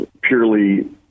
purely